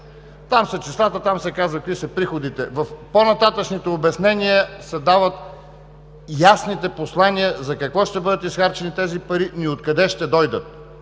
Там са числата, там се каза какви са приходите. В по-нататъшните обяснения се дават ясните послания за какво ще бъдат изхарчени тези пари и откъде ще дойдат.